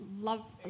love